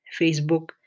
Facebook